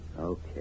Okay